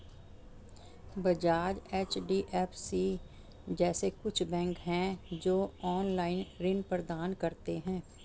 Bajaj, HDFC जैसे कुछ bank है, जो ऑनलाईन ऋण प्रदान करते हैं